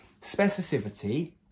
specificity